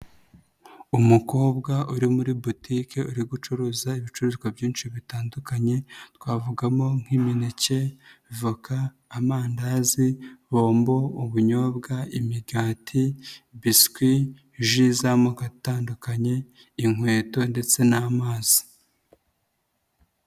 Umukobwa uri muri Boutique uri gucuruza ibicuruzwa byinshi bitandukanye, twavugamo nk'imineke, voka, amandazi, bombo, ubunyobwa, imigati, biswi, ji z'amoko atandukanye, inkweto ndetse n'amazi.